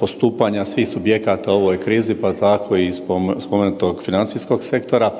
postupanja svih subjekata u ovoj krizi pa tako i spomenutog financijskog sektora.